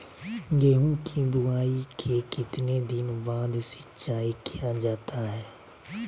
गेंहू की बोआई के कितने दिन बाद सिंचाई किया जाता है?